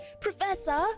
Professor